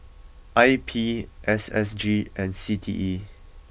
I P S S G and C T E